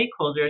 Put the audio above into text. stakeholders